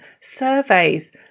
surveys